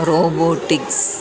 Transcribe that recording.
robotics